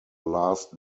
last